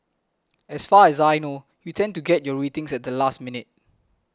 as far as I know you tend to get your ratings at the last minute